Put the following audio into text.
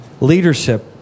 Leadership